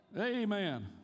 Amen